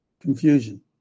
confusion